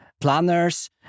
planners